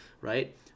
right